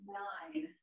nine